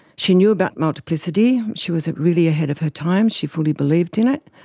she knew about multiplicity, she was really ahead of her time, she fully believed in it.